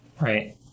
Right